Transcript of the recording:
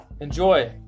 Enjoy